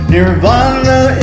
Nirvana